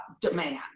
demand